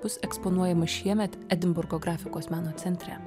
bus eksponuojama šiemet edinburgo grafikos meno centre